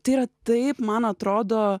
tai yra taip man atrodo